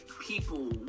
people